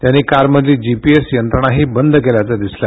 त्यांनी कार मधली जिपिएस यंत्रणाही बंद केल्याचं दिसलं